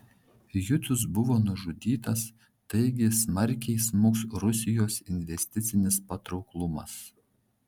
jucius buvo nužudytas taigi smarkiai smuks rusijos investicinis patrauklumas